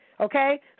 okay